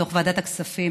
בתוך ועדת הכספים,